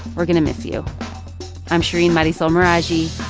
we're going to miss you i'm shereen marisol meraji,